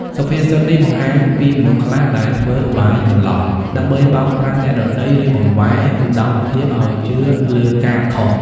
សុភាសិតនេះបង្ហាញពីមនុស្សខ្លះដែលធ្វើឧបាយបន្លំ ដើម្បីបោកប្រាស់អ្នកដទៃ ឬបង្វែរឧត្តមភាពឲ្យជឿលើការខុស។